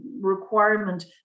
requirement